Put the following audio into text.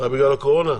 בגלל הקורונה?